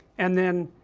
and then,